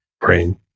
brain